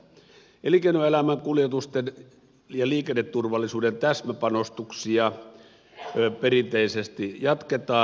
elinkeinoelämän kuljetusten ja liikenneturvallisuuden täsmäpanostuksia perinteisesti jatketaan